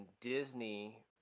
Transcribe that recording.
Disney